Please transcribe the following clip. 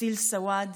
אסיל סואעד,